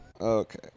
okay